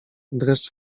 dreszcz